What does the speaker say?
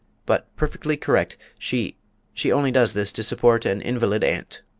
but perfectly correct she she only does this to support an invalid aunt.